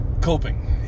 coping